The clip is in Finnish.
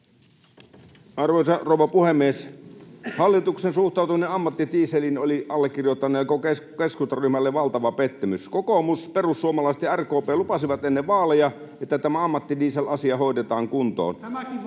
Arvoisa rouva puhemies! Hallituksen suhtautuminen ammattidieseliin oli allekirjoittaneelle ja koko keskustan ryhmälle valtava pettymys. Kokoomus, perussuomalaiset ja RKP lupasivat ennen vaaleja, että tämä ammattidiesel-asia hoidetaan kuntoon.